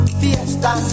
fiesta